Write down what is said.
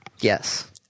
Yes